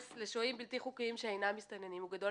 סל הכלים שמתייחס לשוהים בלתי חוקיים שאינם מסתננים הוא גדול